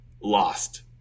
lost